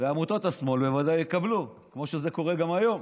ועמותות השמאל ודאי יקבלו, כמו שזה קורה גם היום.